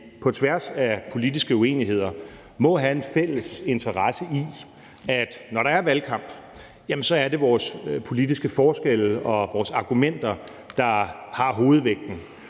på tværs af politiske uenigheder må have en fælles interesse i, at det, når der er valgkamp, er vores politiske forskelle og vores argumenter, der har hovedvægten,